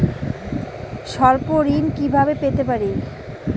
স্বল্প ঋণ কিভাবে পেতে পারি?